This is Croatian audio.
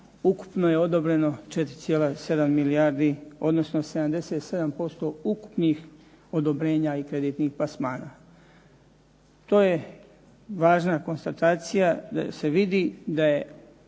ukupno je odobreno 4,7 milijardi odnosno 77% ukupnih odobrenja i kreditnih plasmana. To je važna konstatacija da se vidi da je